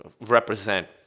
represent